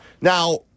Now